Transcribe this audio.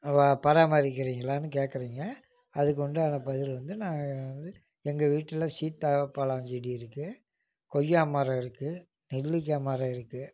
பராமரிக்கிறீங்களான்னு கேட்கறீங்க அதுக்கு உண்டான பதில் வந்து நான் வந்து எங்கள் வீட்டில சீத்தாப்பழஞ்செடி இருக்குது கொய்யா மரம் இருக்குது நெல்லிக்காய் மரம் இருக்கும்